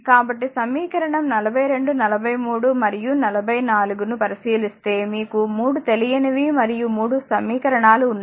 కాబట్టిసమీకరణం 4243 మరియు 44 ను పరిశీలిస్తే మీకు 3 తెలియనివి మరియు 3 సమీకరణాలు ఉన్నాయి